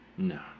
No